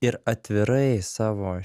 ir atvirai savo